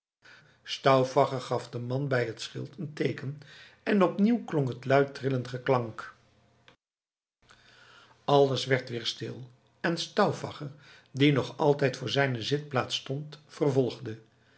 stauffacher gaf den man bij het schild een teeken en opnieuw klonk het luid trillend geklank alles werd weer stil en stauffacher die nog altijd vr zijne zitplaats stond vervolgde